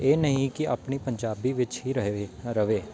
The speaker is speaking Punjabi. ਇਹ ਨਹੀਂ ਕਿ ਆਪਣੀ ਪੰਜਾਬੀ ਵਿੱਚ ਹੀ ਰਹੇ ਰਹੇ